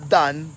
done